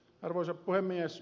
arvoisa puhemies